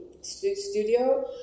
studio